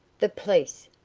the police,